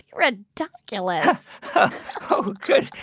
ridonculous oh, good.